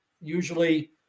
usually